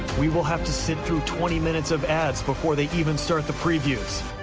we will have to sit through twenty minutes of ads before they even start the previews.